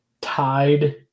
tied